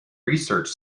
research